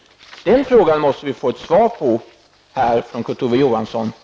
Den frågan måste vi få ett svar på från Kurt Ove Johansson här i dag.